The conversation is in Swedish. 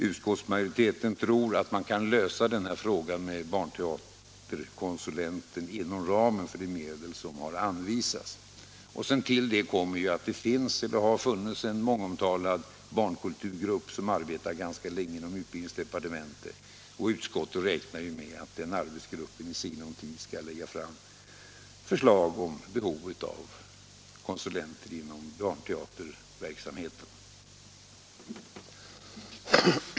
Utskottsmajoriteten tror att man kan lösa frågan om barnteaterkonsulenter inom ramen för de medel som anvisats. Till detta kommer att en mångomtalad barnkulturgrupp har arbetat ganska länge inom utbildningsdepartementet. Utskottet räknar med att denna arbetsgrupp i sinom tid skall lägga fram förslag om behovet av konsulenter inom barnteaterverksamheten.